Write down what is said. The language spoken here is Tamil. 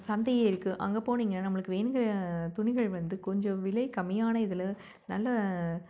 சந்தையே இருக்குது அங்கே போனீங்கன்னால் நம்மளுக்கு வேணுங்கற துணிகள் வந்து கொஞ்சம் விலை கம்மியான இதில் நல்லா